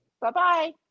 Bye-bye